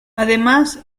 además